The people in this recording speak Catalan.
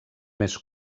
més